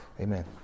Amen